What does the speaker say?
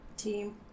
team